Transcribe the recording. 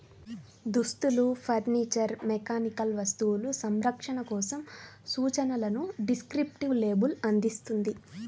దుస్తులు, furniture, mechanical వస్తువులు, సంరక్షణ కోసం సూచనలను డిస్క్రిప్టివ్ లేబుల్ అందిస్తుంది